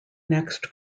next